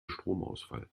stromausfall